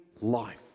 life